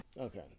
Okay